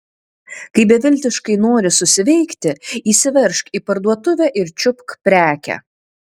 kai beviltiškai nori susiveikti įsiveržk į parduotuvę ir čiupk prekę